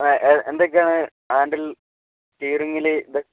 എന്തൊക്കെയാണ് ഹാൻഡിൽ സ്റ്റീയറിങ്ങിൽ ഇത്